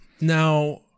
now